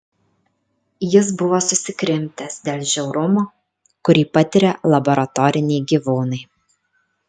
jis buvo susikrimtęs dėl žiaurumo kurį patiria laboratoriniai gyvūnai